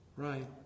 Right